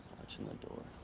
watchin' the door.